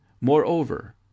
Moreover